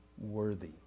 worthy